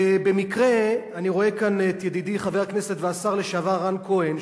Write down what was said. במקרה אני רואה כאן את ידידי חבר הכנסת והשר לשעבר רן כהן,